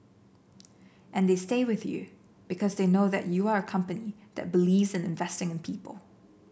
and they stay with you because they know that you are a company that believes in investing in people